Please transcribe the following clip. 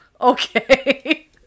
Okay